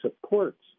supports